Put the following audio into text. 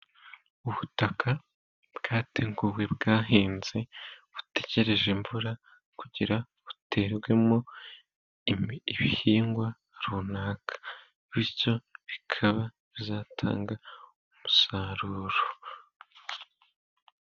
Ubutaka bwateguwe, bwahinze, butegereje imvura kugira buterwemo ibihingwa runaka, bityo bikaba bizatanga umusaruro.